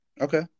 Okay